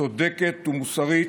צודקת ומוסרית,